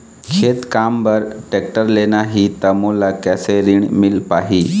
खेती काम बर टेक्टर लेना ही त मोला कैसे ऋण मिल पाही?